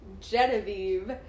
Genevieve